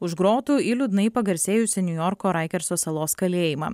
už grotų į liūdnai pagarsėjusį niujorko raikerso salos kalėjimą